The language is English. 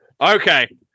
Okay